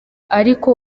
ariko